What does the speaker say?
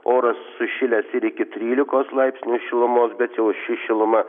oras sušilęs iki trylikos laipsnių šilumos bet jau ši šiluma